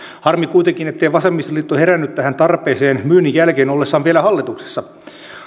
harmi kuitenkin ettei vasemmistoliitto herännyt tähän tarpeeseen myynnin jälkeen ollessaan vielä hallituksessa